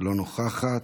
לא נוכחת,